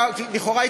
לכאורה,